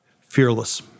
Fearless